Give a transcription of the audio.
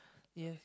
yes